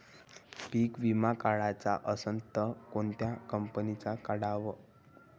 पीक विमा काढाचा असन त कोनत्या कंपनीचा काढाव?